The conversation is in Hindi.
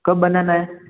कब बनाना है